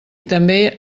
també